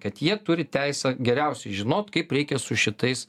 kad jie turi teisę geriausiai žinot kaip reikia su šitais